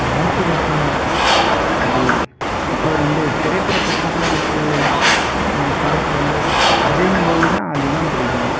மோட்டிவேஸ்னலாக இருக்கும் அது அப்புறம் வந்து திரைப்படத்தில் வந்து எனக்கு படத்தில் வந்து விஜய் மூவிலாம் அதிகம் பிடிக்கும்